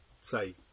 say